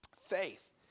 faith